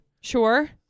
Sure